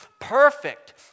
perfect